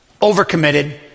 overcommitted